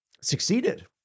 succeeded